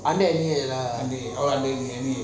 under N_U_A lah